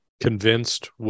convinced